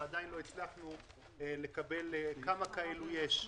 ועדיין לא הצלחנו לקבל נתונים כמה כאלה יש,